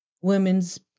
women's